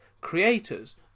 creators